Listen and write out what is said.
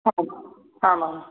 आं हामां